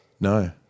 No